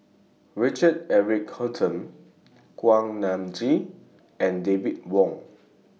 Richard Eric Holttum Kuak Nam Jin and David Wong